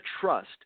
trust